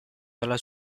dalla